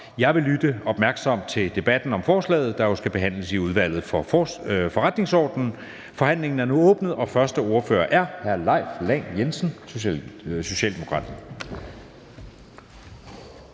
Jeg vil lytte opmærksomt til debatten om forslaget, der jo skal behandles i Udvalget for Forretningsordenen. Forhandlingen er nu åbnet, og første ordfører er hr. Leif Lahn Jensen, Socialdemokratiet.